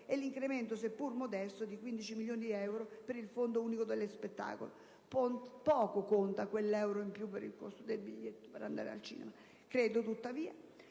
e l'incremento, seppur modesto, di 15 milioni di euro, per il Fondo unico dello spettacolo (poco conta quell'euro in più del costo del biglietto per andare al cinema). Credo, tuttavia,